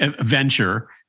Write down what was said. venture